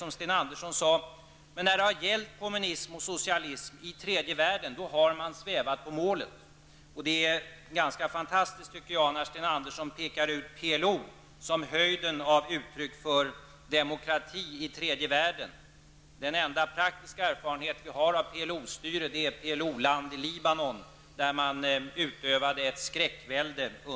Men när det har gällt kommunism och socialism i tredje världen har man svävat på målet. Det är enligt min mening ganska fantastiskt att Sten Andersson pekar ut PLO som ett uttryck för höjden av demokrati i tredje världen. Den enda praktiska erfarenhet vi har av PLO-styre är PLO-land i Libanon, där man under en period utövade ett skräckvälde.